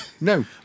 No